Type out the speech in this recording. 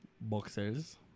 Boxers